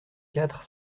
quatre